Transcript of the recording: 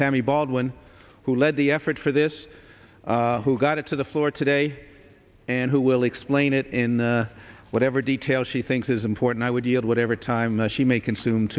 tammy baldwin who led the effort for this who got it to the floor today and who will explain it in whatever detail she thinks is important i would yield whatever time that she may consume